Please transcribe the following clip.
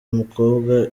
umukobwa